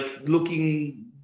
looking